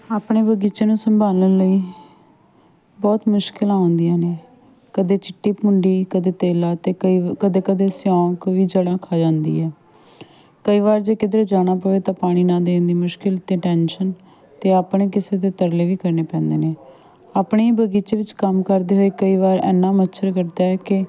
ਆਪਣੇ ਬਗੀਚੇ ਨੂੰ ਸੰਭਾਲਣ ਲਈ ਬਹੁਤ ਮੁਸ਼ਕਿਲਾਂ ਆਉਂਦੀਆਂ ਨੇ ਕਦੇ ਚਿੱਟੀ ਭੁੰਡੀ ਕਦੇ ਤੇਲਾ ਅਤੇ ਕਈ ਕਦੇ ਕਦੇ ਸਿਉਂਕ ਵੀ ਜੜਾਂ ਖਾ ਜਾਂਦੀ ਹੈ ਕਈ ਵਾਰ ਜੇ ਕਿਧਰੇ ਜਾਣਾ ਪਵੇ ਤਾਂ ਪਾਣੀ ਨਾ ਦੇਣ ਦੀ ਮੁਸ਼ਕਿਲ ਅਤੇ ਟੈਂਸ਼ਨ ਅਤੇ ਆਪਣੇ ਕਿਸੇ ਦੇ ਤਰਲੇ ਵੀ ਕਰਨੇ ਪੈਂਦੇ ਨੇ ਆਪਣੇ ਬਗੀਚੇ ਵਿੱਚ ਕੰਮ ਕਰਦੇ ਹੋਏ ਕਈ ਵਾਰ ਇੰਨਾਂ ਮੱਛਰ ਕੱਟਦਾ ਏ ਕਿ